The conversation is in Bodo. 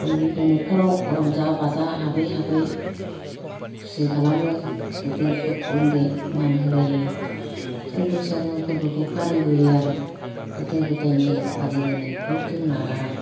बयनिबो नख'राव रंजा बाजा हाबै हाबै खुसि खालामो गेदेरफोर उन्दै मान होलायो जों बैसागु फोरबोखौ फालिबोयो आरो गोदो गोदायनि फालि बोनायखौ जों नागारा